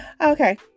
Okay